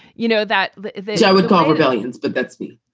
you know that i would call it rebellions. but that's me,